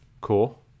Cool